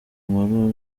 nkuru